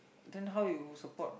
then how you support